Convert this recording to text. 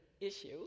issue